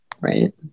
right